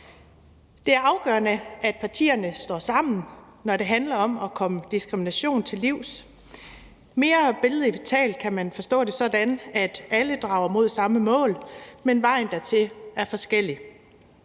Det er afgørende, at partierne står sammen, når det handler om at komme diskrimination til livs. Mere billedlig talt kan man forstå det sådan, at alle drager mod samme mål, men at vejen dertil er forskellig.